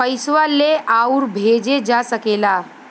पइसवा ले आउर भेजे जा सकेला